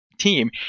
Team